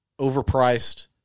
overpriced